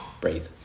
breathe